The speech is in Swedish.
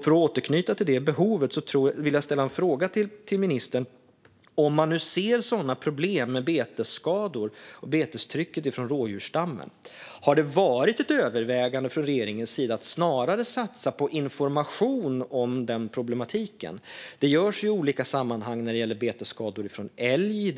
För att återknyta till detta behov vill jag ställa en fråga till ministern. Om man nu ser sådana problem med betesskador och betestrycket från rådjursstammen, har det funnits ett övervägande från regeringens sida att snarare satsa på information om den problematiken? Detta görs ju i olika sammanhang när det gäller betesskador från älg,